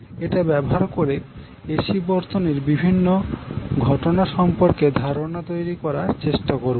এটা ব্যবহার করে এসি বর্তনীর বিভিন্ন ঘটনা সম্পর্কে ধারণা তৈরী করার চেষ্টা করবো